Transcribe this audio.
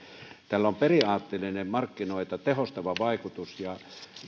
tällä on periaatteellinen markkinoita tehostava vaikutus ja on